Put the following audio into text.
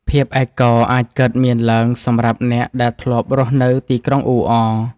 ភាពឯកោអាចកើតមានឡើងសម្រាប់អ្នកដែលធ្លាប់រស់នៅទីក្រុងអ៊ូអរ។